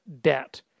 debt